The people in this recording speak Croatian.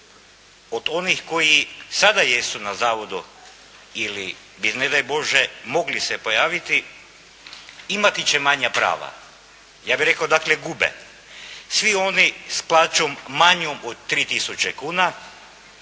od onih koji sada jesu na zavodu ili bi ne daj Bože bi mogli se pojaviti imati će manja prava. Ja bih rekao dakle gube. Svi oni s plaćom manjom od 3 tisuće